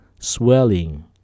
swelling